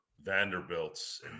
Vanderbilts